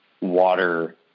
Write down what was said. water